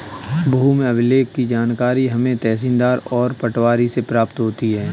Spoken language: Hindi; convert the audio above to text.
भूमि अभिलेख की जानकारी हमें तहसीलदार और पटवारी से प्राप्त होती है